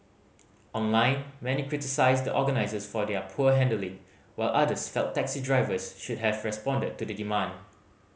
online many criticised the organisers for their poor handling while others felt taxi drivers should have responded to the demand